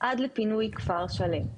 עד לפינוי כפר שלם.